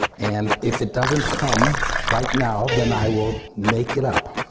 and if it doesn't come right now then i will make it up.